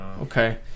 okay